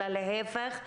אלא להפך.